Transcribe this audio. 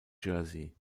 jersey